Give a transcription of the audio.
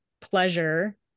pleasure